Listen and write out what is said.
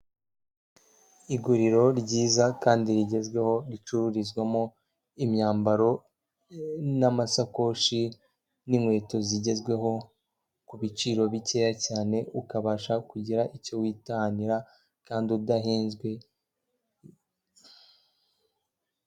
Iguriro ryiza kandi rigezweho, ricururizwamo imyambaro n'amasakoshi n'inkweto zigezweho ku biciro bikeya cyane ukabasha kugira icyo witahanira kandi udahenzwe.